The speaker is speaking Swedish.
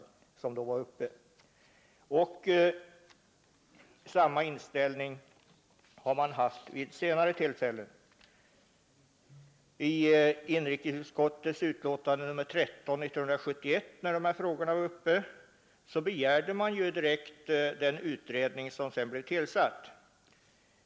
Samma inställning har man haft vid ett senare tillfälle. I sitt betänkande nr 13 år 1971, där de här frågorna behandlades, begärde inrikesutskottet direktiv för den utredning som sedan blev tillsatt.